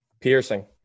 piercing